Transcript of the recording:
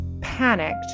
panicked